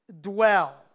dwell